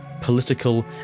political